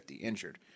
injured